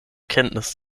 kenntnis